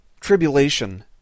tribulation